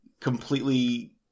completely